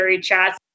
chats